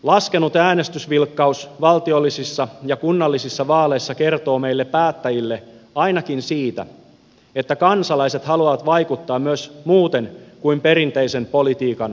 laskenut äänestysvilkkaus valtiollisissa ja kunnallisissa vaaleissa kertoo meille päättäjille ainakin siitä että kansalaiset haluavat vaikuttaa myös muuten kuin perinteisen politiikan kautta